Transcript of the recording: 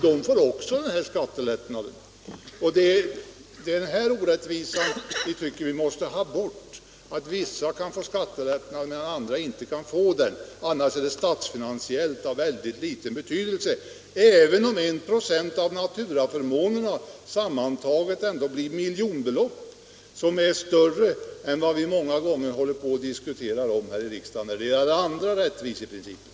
Det är orättvisan, att vissa kan få skattelättnader för denna insats medan andra inte kan få det, som vi måste undvika. Annars är saken statsfinansiellt av mycket liten betydelse, även om 1 26 av naturaförmånerna sammantaget ändå blir miljonbelopp och alltså representerar ett större värde än många andra frågor som vi diskuterar här i riksdagen med utgångspunkt i olika rättviseprinciper.